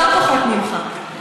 או לא פחות ממך.